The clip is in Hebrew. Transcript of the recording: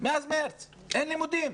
מאז מרץ אין לימודים.